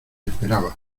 esperaba